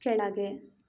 ಕೆಳಗೆ